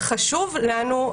וחשוב לנו,